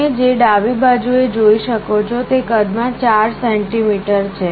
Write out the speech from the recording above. તમે જે ડાબી બાજુએ જોઈ શકો છો તે કદ માં 4 સેન્ટિમીટર છે